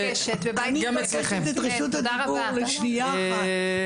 אני מבקשת את רשות הדיבור לשנייה אחת.